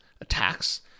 attacks